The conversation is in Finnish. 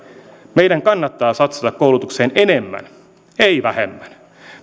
meidän kannattaa satsata koulutukseen enemmän ei vähemmän